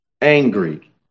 angry